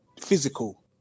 physical